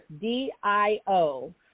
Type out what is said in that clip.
DIO